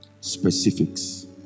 Specifics